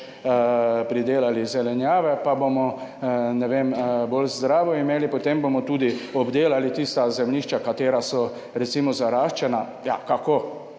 pridelali zelenjave, pa bomo, ne vem, bolj zdravo imeli, potem bomo tudi obdelali tista zemljišča, katera so recimo zaraščena. Ja, kako?